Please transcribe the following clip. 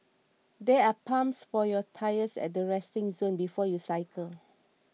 there are pumps for your tyres at the resting zone before you cycle